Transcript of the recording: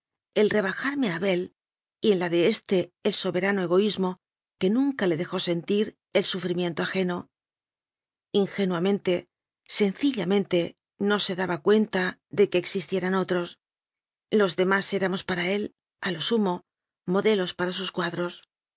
el rebajarme a abel y en la de éste el soberano egoísmo que nunca le dejó sentir el sufrimiento ajeno ingenuamente sencillamente no se daba cuenta de que éxistieran otros los demás éramos para él a lo sumo modelos para sus cuadros